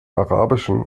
arabischen